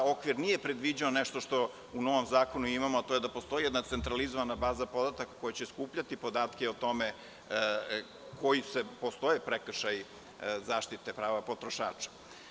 Okvir nije predviđao nešto što u novom zakonu imamo, a to je da postoji jedna centralizovana baza podataka koja će skupljati podatke o tome koji sve postoje prekršaji zaštite prava potrošača.